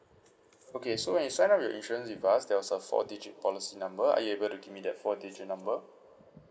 okay so when you signed up your insurance with us there was a four digit policy number are you able to give me that four digit number